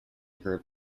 her